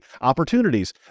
opportunities